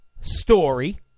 story